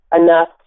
enough